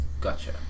Gotcha